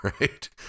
right